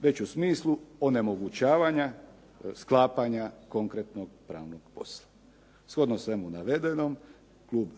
već u smislu onemogućavanja sklapanja konkretnog pravnog posla. Shodno svemu navedenom, Klub